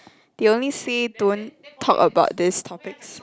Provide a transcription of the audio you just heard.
they only say don't talk about this topics